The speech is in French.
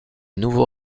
nouveau